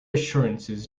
assurances